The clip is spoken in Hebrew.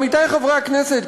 עמיתי חברי הכנסת,